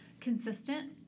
consistent